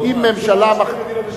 כבוד היושב-ראש,